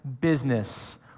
business